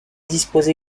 disposait